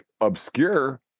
obscure